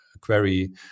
query